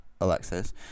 Alexis